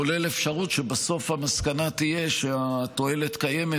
כולל אפשרות שבסוף המסקנה תהיה שהתועלת קיימת,